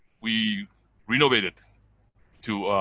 we renovated to a